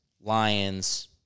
lions